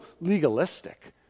legalistic